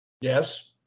Yes